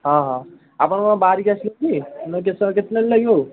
ହଁ ହଁ ଆପଣ କ'ଣ ବାହାରିକି ଆଉ କେତେ ସମୟ ଲାଗିବ ଆଉ